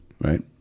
Right